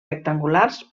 rectangulars